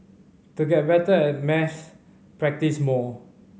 to get better at maths practise more